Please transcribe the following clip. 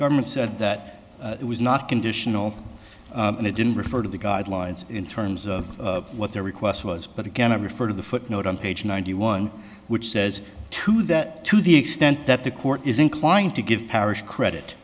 government said that it was not conditional and it didn't refer to the guidelines in terms of what the request was but again i refer to the footnote on page ninety one which says to that to the extent that the court is inclined to give parish credit